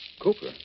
Cooper